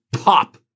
pop